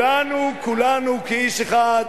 וכולנו כולנו כאיש אחד,